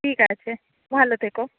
ঠিক আছে ভালো থেকো